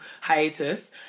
hiatus